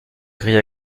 cria